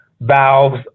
valves